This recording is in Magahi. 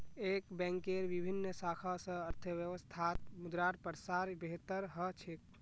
एक बैंकेर विभिन्न शाखा स अर्थव्यवस्थात मुद्रार प्रसार बेहतर ह छेक